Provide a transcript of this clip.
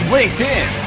LinkedIn